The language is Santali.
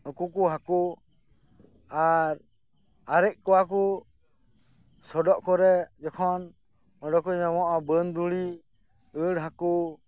ᱱᱩᱠᱩ ᱠᱚ ᱦᱟᱠᱩ ᱟᱨ ᱟᱨᱮᱡ ᱠᱚᱣᱟ ᱠᱚ ᱥᱚᱰᱚᱜ ᱠᱚᱨᱮ ᱡᱚᱠᱷᱚᱱ ᱚᱸᱰᱮ ᱠᱚ ᱧᱟᱢᱚᱜᱼᱟ ᱵᱟᱹᱱ ᱫᱩᱸᱲᱤ ᱟᱹᱲ ᱦᱟᱠᱩ